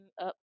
up